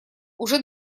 уже